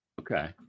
Okay